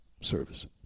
service